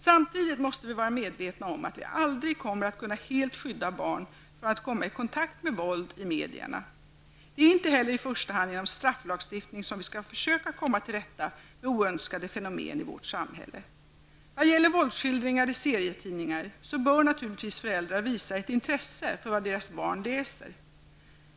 Samtidigt måste vi vara medvetna om att vi aldrig kommer att kunna helt skydda barn från att komma i kontakt med våld i medierna. Det är inte heller i första hand genom strafflagstiftning som vi skall försöka komma till rätta med oönskade fenomen i vårt samhälle. Vad gäller våldsskildringar i serietidningar så bör naturligtvis föräldrar visa ett intresse för vad deras barn läser.